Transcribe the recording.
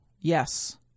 Yes